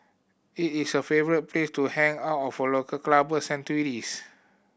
it is a favourite place to hang all of local clubbers and tourists